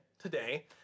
today